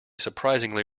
surprisingly